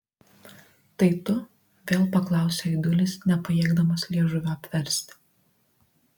tai tu vėl paklausė aidulis nepajėgdamas liežuvio apversti